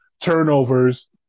turnovers